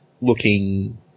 looking